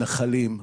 נחלים,